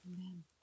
Amen